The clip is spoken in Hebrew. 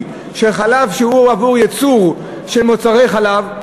של חלב שהוא עבור ייצור של מוצרי חלב.